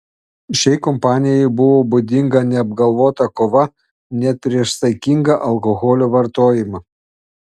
šiai kampanijai buvo būdinga neapgalvota kova net prieš saikingą alkoholio vartojimą